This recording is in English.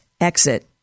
exit